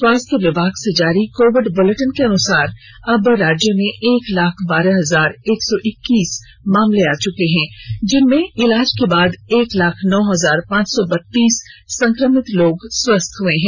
स्वास्थ्य विभाग से जारी कोविड बुलेटिन के अनुसार अब राज्य में एक लाख बारह हजार एक सौ इक्कीस मामले आ चुके हैं जिनमें इलाज के बाद एक लाख नौ हजार पांच सौ बत्तीस संक्रमित लोग स्वस्थ हए हैं